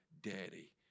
daddy